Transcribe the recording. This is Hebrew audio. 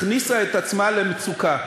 הכניסה את עצמה למצוקה.